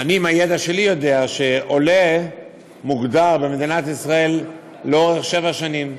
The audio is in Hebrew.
אני עם הידע שלי יודע שעולה מוכר במדינת ישראל לאורך שבע שנים.